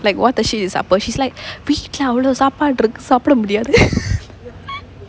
like what the shit is supper she's like வீட்ல அவலோ சாப்பாடு இருக்கு சாப்ட முடியாது:veetla avlo saapaadu irukku saapda mudiyaathu